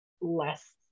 less